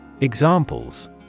Examples